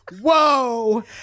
Whoa